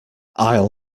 i’ll